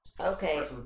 Okay